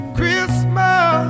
Christmas